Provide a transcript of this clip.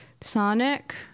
Sonic